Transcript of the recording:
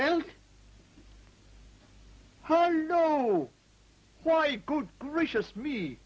i don't know why good gracious me